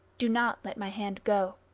do not let my hand go.